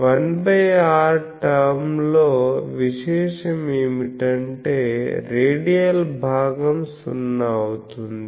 1r term లో విశేషం ఏమిటంటే రేడియల్ భాగం సున్నా అవుతుంది